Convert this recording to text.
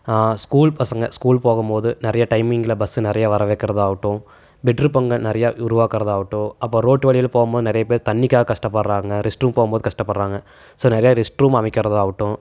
school பசங்கள் school போகம்மோது நிறைய டைமிங்ல பஸ்ஸு நிறையா வர வைக்கறதாவட்டும் பெட்ரோல் பங்கு நிறையா உருவாக்கறதாகட்டும் அப்போது ரோட்டு வழியில போகும்மோது நிறைய பேர் தண்ணிக்காக கஷ்டப்படுறாங்கள் ரெஸ்ட்ரூம் போகும்மோது கஷ்டப்படுகிறாங்க ஸோ நிறையா ரெஸ்ட்ரூம் அமைக்கறதாகட்டும்